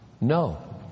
no